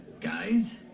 Guys